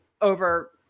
over